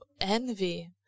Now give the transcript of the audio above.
Envy